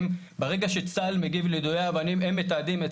ברגע שצה"ל מגיב ליידויי אבנים הם מתעדים את